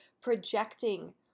projecting